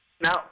now